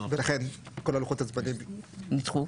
ולכן כל לוחות הזמנים נדחו.